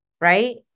right